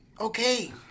Okay